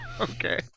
Okay